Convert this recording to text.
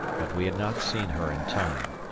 but we had not seen her in time,